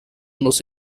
nos